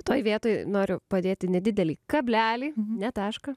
toj vietoj noriu padėti nedidelį kablelį ne tašką